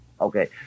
Okay